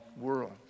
world